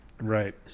Right